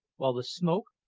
while the smoke,